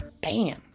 bam